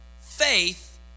faith